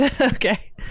Okay